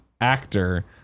actor